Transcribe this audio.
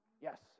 Yes